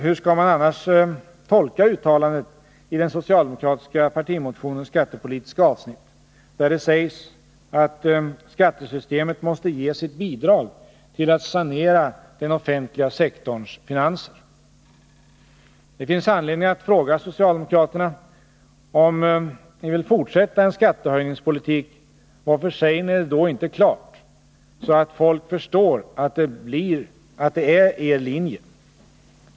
Hur skall man annars tolka uttalandet i den socialdemokratiska partimotionens skattepolitiska avsnitt, där det sägs att ”skattesystemet måste ge sitt bidrag till att sanera den offentliga sektorns finanser”. Det finns anledning att fråga socialdemokraterna: Om ni vill fortsätta en skattehöjningspolitik, varför säger ni det då inte klart, så att folk förstår att det är er linje?